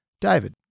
David